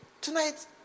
tonight